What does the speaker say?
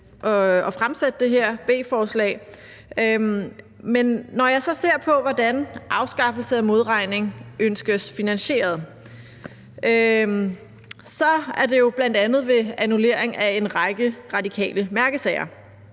at fremsætte det her beslutningsforslag. Men når jeg så ser på, hvordan afskaffelse af modregning ønskes finansieret, så er det jo bl.a. ved annullering af en række radikale mærkesager.